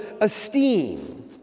esteem